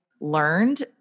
learned